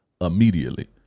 Immediately